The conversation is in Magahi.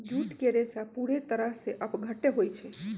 जूट के रेशा पूरे तरह से अपघट्य होई छई